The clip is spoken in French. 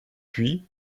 puis